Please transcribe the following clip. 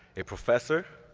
a professor,